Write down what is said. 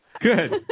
Good